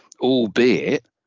albeit